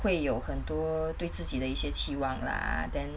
会有很多对自己的一些期望 lah then